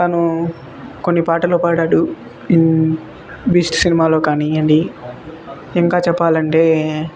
తను కొన్ని పాటలు పాడాడు ఇం బీస్ట్ సినిమాలో కానీయ్యండి ఇంకా చెప్పాలంటే